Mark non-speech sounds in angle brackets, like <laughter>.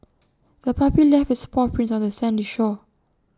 <noise> the puppy left its paw prints on the sandy shore